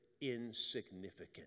insignificant